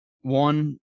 one